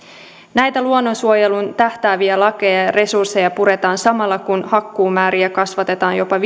näitä luonnonsuojeluun tähtääviä lakeja ja ja resursseja puretaan samalla kun hakkuumääriä kasvatetaan jopa